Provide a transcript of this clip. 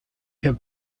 have